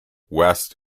west